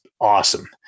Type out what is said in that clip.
awesome